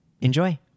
Enjoy